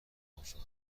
موافقت